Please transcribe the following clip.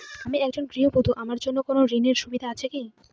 আমি একজন গৃহবধূ আমার জন্য কোন ঋণের সুযোগ আছে কি?